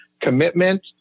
commitment